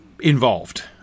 involved